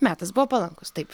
metas buvo palankus taip